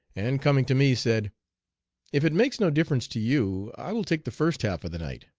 and coming to me said if it makes no difference to you i will take the first half of the night.